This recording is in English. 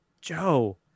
Joe